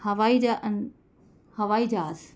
हवाई जा हवाई जहाज़ु